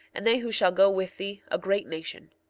and they who shall go with thee, a great nation.